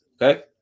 Okay